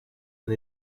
and